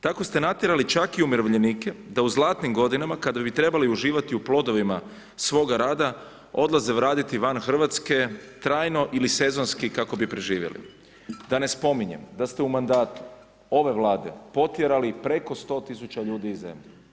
Tako ste natjerali čak i umirovljenike da u zlatnim godinama kada bi trebali uživati u plodovima svoga rada, odlaze raditi van Hrvatske trajno ili sezonski kako bi preživjeli, da ne spominjem da ste u mandatu ove Vlade potjerali preko 100 000 ljudi iz zemlje.